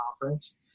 conference